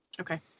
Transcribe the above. okay